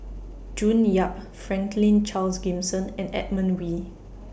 June Yap Franklin Charles Gimson and Edmund Wee